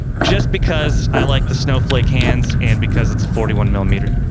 just because i like the snowflake hands, and because it's a forty one millimeter.